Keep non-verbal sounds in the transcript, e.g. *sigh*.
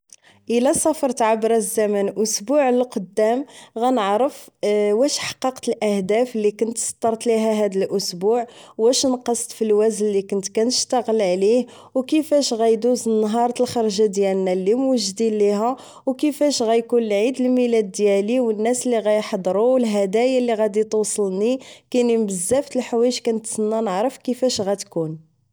الا سافرت عبر الزمان اسبوع للقدام غنعرف *hesitation* واش حققت الاهداف اللي كنت سطرت ليها هاد الاسبوع واش نقصت فالوزن اللي كنت كنشتاغل عليه و كيفاش غيدوز نهار تالخرجة ديالنا اللي موجودين ليها و كيفاش غيكون عيد الميلاد ديالي و الناس اللي غيحضرو و الهدايا اللي غادي توصلني كاينين بزاف تلحوايج كنتسنا نعرف كيفاش غتكون